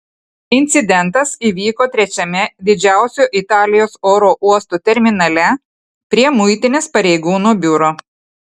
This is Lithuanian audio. incidentas įvyko trečiame didžiausio italijos oro uosto terminale prie muitinės pareigūnų biuro